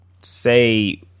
say